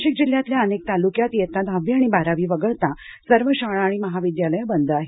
नाशिक जिल्हातल्या अनेक तालुक्यांत इयत्ता दहावी आणि बारावी वगळता सर्व शाळा आणि महाविद्यालयं बंद आहेत